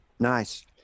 Nice